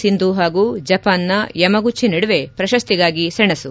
ಸಿಂಧು ಹಾಗೂ ಜಪಾನ್ನ ಯಮಗೂಚಿ ನಡುವೆ ಪ್ರಶಸ್ತಿಗಾಗಿ ಸೆಣಸು